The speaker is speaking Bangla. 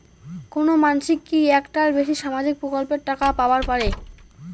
কোনো মানসি কি একটার বেশি সামাজিক প্রকল্পের টাকা পাবার পারে?